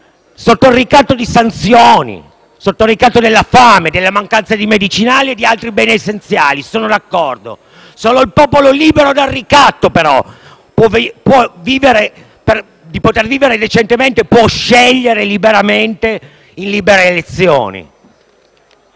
sotto il ricatto di sanzioni, della fame e della mancanza di medicinali e di altri beni essenziali: sono d'accordo. Solo un popolo libero dal ricatto di poter vivere decentemente può scegliere liberamente in libere elezioni.